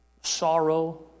sorrow